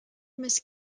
must